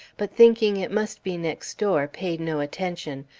but, thinking it must be next door, paid no attention,